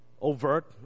overt